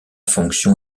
fonction